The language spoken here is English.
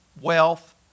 wealth